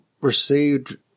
received